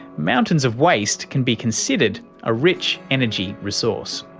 mountains of waste can be considered a rich energy resource.